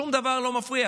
שום דבר לא מפריע.